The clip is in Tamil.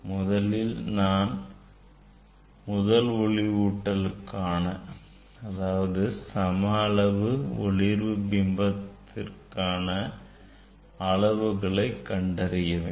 முதலில் நான் முதல் ஒளியூட்டலுக்கான அதாவது சம அளவு ஒளிர்வு பிம்பத்திற்கான அளவுகளை கண்டறிய வேண்டும்